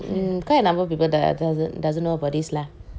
mm quite a number of people does~ doesn't know about this lah